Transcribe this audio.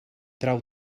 trau